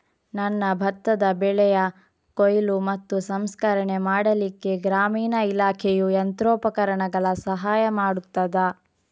ನನ್ನ ಭತ್ತದ ಬೆಳೆಯ ಕೊಯ್ಲು ಮತ್ತು ಸಂಸ್ಕರಣೆ ಮಾಡಲಿಕ್ಕೆ ಗ್ರಾಮೀಣ ಇಲಾಖೆಯು ಯಂತ್ರೋಪಕರಣಗಳ ಸಹಾಯ ಮಾಡುತ್ತದಾ?